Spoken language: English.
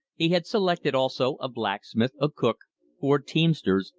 he had selected also, a blacksmith, a cook four teamsters,